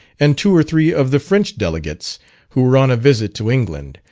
and two or three of the french delegates who were on a visit to england,